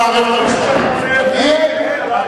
הבנתי.